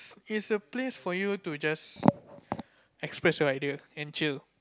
is a place for you to just express your idea and chill